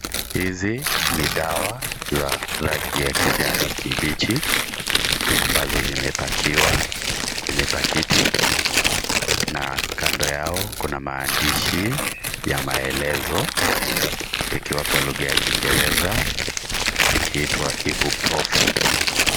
Hizi ni dawa za rangi ya kijani kibichi ambazo zimepakiwa kwenye pakiti na Kando Yao kuna maandishi ya maelezo ikiwa Kwa lugha ya kingereza ikiitwa ipuprofen.